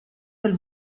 del